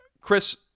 Chris